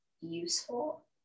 useful